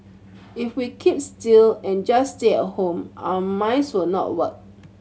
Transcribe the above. if we keep still and just stay at home our minds will not work